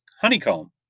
honeycomb